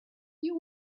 you